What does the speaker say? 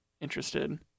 interested